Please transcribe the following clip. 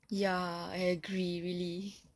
ya I agree really